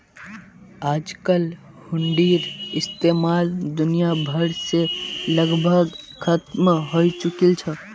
आजकल हुंडीर इस्तेमाल दुनिया भर से लगभग खत्मे हय चुकील छ